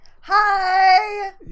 Hi